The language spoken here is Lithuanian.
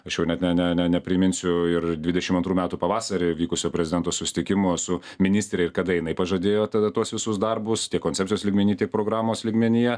aš jau net ne ne ne nepriminsiu ir dvidešimt antrų metų pavasarį vykusio prezidentų susitikimo su ministre ir kada jinai pažadėjo tada tuos visus darbus tiek koncepcijos lygmeny tiek programos lygmenyje